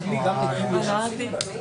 זה נכון, זאת בעיה בחינוך שלי.